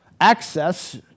access